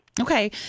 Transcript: Okay